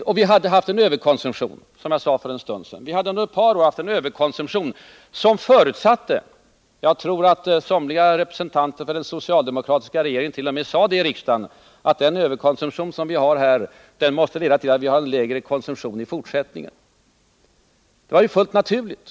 Och som jag sade för en stund sedan hade vi haft en överkonsumtion under ett par år som — jag tror t.o.m. att somliga representanter för den socialdemokratiska regeringen sade det i riksdagen — måste leda till lägre konsumtion senare. Detta var ju fullt naturligt.